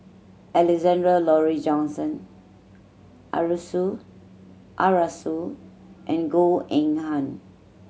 Alexander Laurie Johnston Arasu Arasu and Goh Eng Han